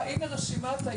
בבקשה, הנה רשימת האיגודים